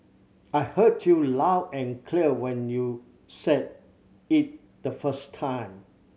I heard you loud and clear when you said it the first time